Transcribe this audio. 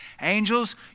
Angels